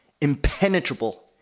impenetrable